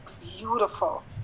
beautiful